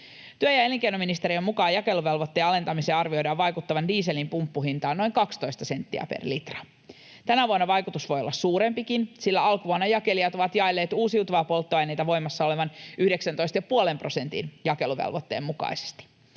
Työ- ja elinkeinoministeriön mukaan jakeluvelvoitteen alentamisen arvioidaan vaikuttavan dieselin pumppuhintaan noin 12 senttiä per litra. Tänä vuonna vaikutus voi olla suurempikin, sillä alkuvuonna jakelijat ovat jaelleet uusiutuvia polttoaineita voimassa olevan 19,5 prosentin jakeluvelvoitteen mukaisesti.